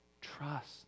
trust